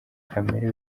kamere